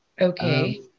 Okay